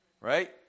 right